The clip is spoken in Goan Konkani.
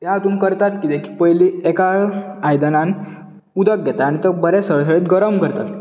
ह्या हातून करतात कितें की पयले एका आयदनांत उदक घेतात आनी बरें सळसळीत गरम करतात